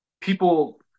people